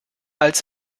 als